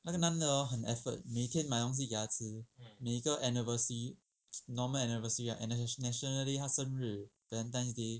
那个男的 hor 很 effort 每天买东西给她吃每一个 anniversary normal anniversary [right] national day 她生日 valentine's day